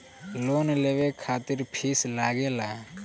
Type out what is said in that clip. Loan लेवे खातिर fees लागेला?